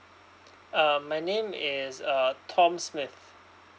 uh my name is uh tom smith